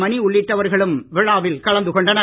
மணி உள்ளிட்டவர்களும் விழாவில் கலந்து கொண்டனர்